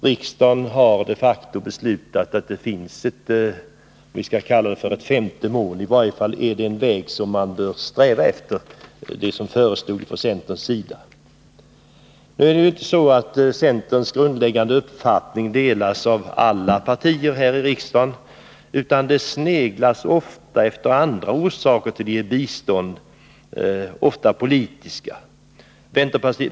Riksdagen har de facto beslutat att det skall finnas ett sådant femte mål; i varje fall är den väg som föreslogs från centerns sida den som man bör sträva efter att gå. Nu är det inte så att centerns grundläggande uppfattning delas av alla partier här i riksdagen, utan de sneglar ofta efter andra orsaker — ofta politiska — till att ge bistånd.